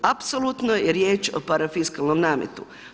Apsolutno je riječ o parafiskalnom nametu.